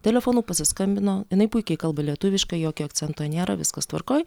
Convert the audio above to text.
telefonu pasiskambino jinai puikiai kalba lietuviškai jokio akcento nėra viskas tvarkoj